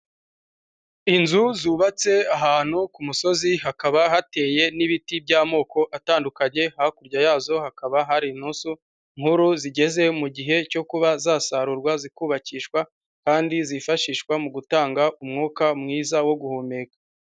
Inzu zubatse ahantu ku musozi hakaba hateye n'ibiti by'amoko atandukanye, hakurya ya zo hakaba hari inturusu nkuru zigeze mu gihe cyo kuba zasarurwa, zikubakishwa kandi zifashishwa mu gutanga umwuka mwiza wo guhumeka.